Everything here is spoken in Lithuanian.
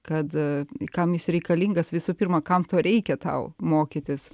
kad kam jis reikalingas visų pirma kam to reikia tau mokytis